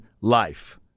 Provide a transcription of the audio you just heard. life